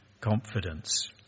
confidence